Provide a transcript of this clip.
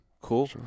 Cool